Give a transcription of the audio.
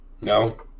No